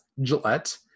Gillette